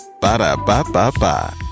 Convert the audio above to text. ba-da-ba-ba-ba